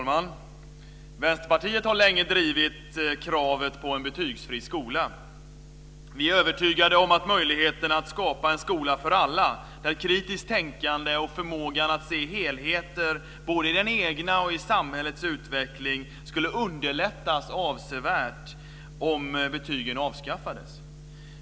Fru talman! Vänsterpartiet har länge drivit kravet på en betygsfri skola. Vi är övertygade om möjligheterna att skapa en skola för alla, där kritiskt tänkande och förmåga att se helheter både i den egna och i samhällets utveckling skulle underlättas avsevärt om betygen avskaffades.